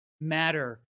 matter